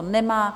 Nemá.